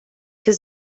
his